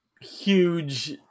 huge